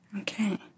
Okay